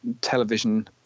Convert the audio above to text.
Television